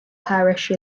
parish